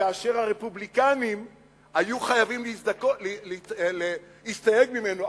כאשר הרפובליקנים היו חייבים להסתייג ממנו.